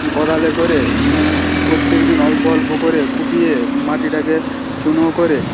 কোদালে করে প্রত্যেকদিন অল্প অল্প করে কুপিয়ে মাটিটাকে চূর্ণ করে